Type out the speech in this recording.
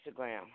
Instagram